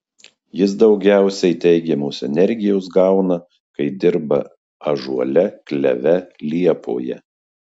jis daugiausiai teigiamos energijos gauna kai dirba ąžuole kleve liepoje